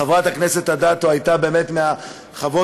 חברת הכנסת אדטו הייתה באמת מחברות